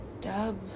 dub